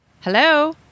Hello